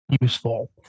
useful